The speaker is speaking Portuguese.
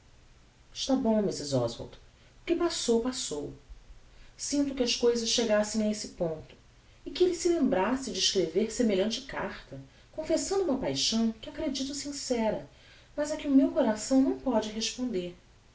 está bom mrs oswald o que passou passou sinto que as cousas chegassem a este ponto e que elle se lembrasse de escrever semelhante carta confessando uma paixão que acredito sincera mas a que o meu coração não póde corresponder